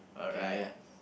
okay ya